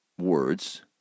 words